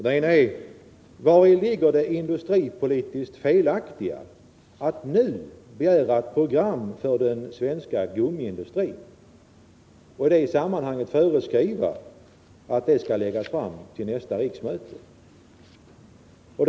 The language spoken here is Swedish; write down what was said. Den första är: Vari ligger det industripolitiskt felaktiga i att nu begära ett program för den svenska gummiindustrin och i det sammanhanget föreskriva att det skall läggas fram till nästa riksmöte?